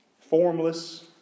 formless